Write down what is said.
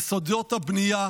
יסודות הבנייה